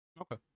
Okay